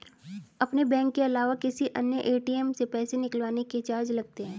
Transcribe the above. अपने बैंक के अलावा किसी अन्य ए.टी.एम से पैसे निकलवाने के चार्ज लगते हैं